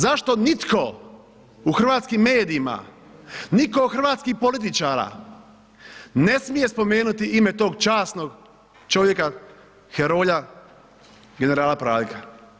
Zašto nitko u hrvatskim medijima, nitko od hrvatskih političara ne smije spomenuti ime tog časnog čovjeka heroja, generala Praljka?